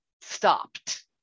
stopped